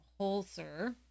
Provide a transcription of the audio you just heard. Holzer